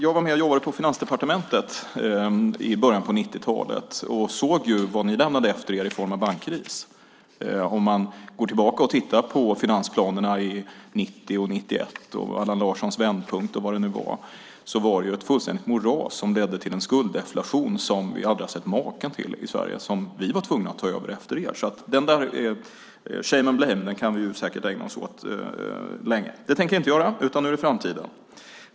Jag jobbade på Finansdepartementet i början av 90-talet och såg vad ni lämnade efter er i form av bankkris. Går man tillbaka och tittar på finansplanerna 1990 och 1991 och Allan Larssons vändpunkt med mera var det ett fullständigt moras som redde till en skulddeflation som vi aldrig har sett maken till i Sverige. Det var vi tvungna att ta över efter er. Shame and blame kan vi ägna oss åt länge. Det tänker jag dock inte göra, utan nu handlar det om framtiden.